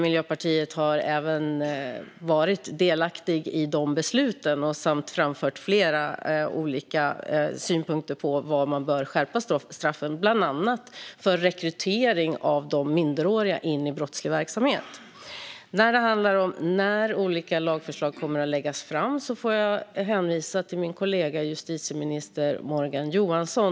Miljöpartiet har varit delaktigt i de besluten samt framfört flera olika synpunkter på för vad man bör skärpa straffen, bland annat rekrytering av minderåriga till brottslig verksamhet. I fråga om en exakt tidtabell för när olika lagförslag för det ledamoten frågar om kommer att läggas fram får jag hänvisa till min kollega justitieminister Morgan Johansson.